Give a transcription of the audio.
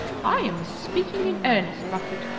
i am speaking in earnest, rufford.